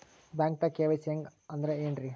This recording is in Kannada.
ಬ್ಯಾಂಕ್ದಾಗ ಕೆ.ವೈ.ಸಿ ಹಂಗ್ ಅಂದ್ರೆ ಏನ್ರೀ?